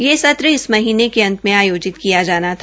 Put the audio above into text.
यह सत्र इस महीनें के अंत में आयोजित किया जाना था